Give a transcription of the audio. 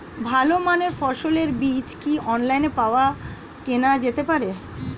ভালো মানের ফসলের বীজ কি অনলাইনে পাওয়া কেনা যেতে পারে?